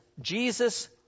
Jesus